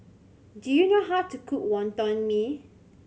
do you know how to cook Wonton Mee